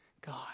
God